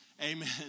Amen